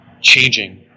changing